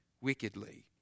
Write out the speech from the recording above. wickedly